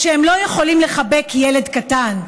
והם לא יכולים לחבק ילד קטן,